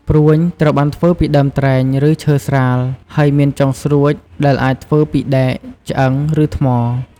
ព្រួញ ត្រូវបានធ្វើពីដើមត្រែង ឬឈើស្រាល ហើយមានចុងស្រួចដែលអាចធ្វើពីដែក ឆ្អឹង ឬថ្ម។